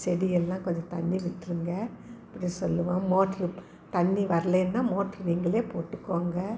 செடி எல்லாம் கொஞ்சம் தண்ணி விட்டுருங்க இப்படி சொல்லுவோம் மோட்ரு தண்ணி வர்லேனா மோட்ரு நீங்களே போட்டுக்கோங்க